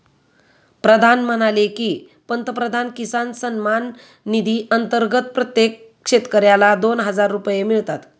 प्रधान म्हणाले की, पंतप्रधान किसान सन्मान निधी अंतर्गत प्रत्येक शेतकऱ्याला दोन हजार रुपये मिळतात